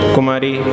Kumari